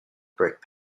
brick